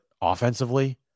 offensively